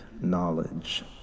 knowledge